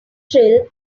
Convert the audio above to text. thrill